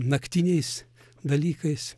naktiniais dalykais